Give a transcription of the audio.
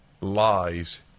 lies